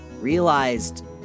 realized